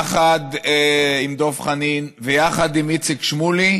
יחד עם דב חנין ויחד עם איציק שמולי,